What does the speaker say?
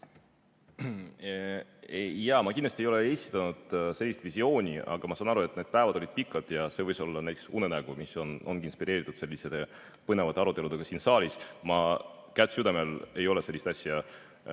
Ma kindlasti ei ole esitanud sellist visiooni, aga ma saan aru, et need päevad olid pikad ja see võis olla näiteks unenägu, mis ongi inspireeritud põnevatest aruteludest siin saalis. Käsi südamel, ma ei ole sellist asja